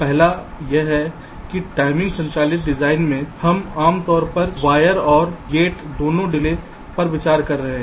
पहला यह कि टाइमिंग संचालित डिजाइन में हम आम तौर पर वायर और गेट दोनों डिले पर विचार कर रहे हैं